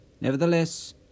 Nevertheless